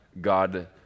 God